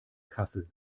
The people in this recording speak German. kassel